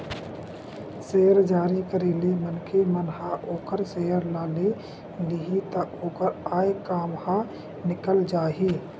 share जारी करे ले मनखे मन ह ओखर सेयर ल ले लिही त ओखर आय काम ह निकल जाही